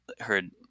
heard